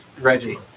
Reggie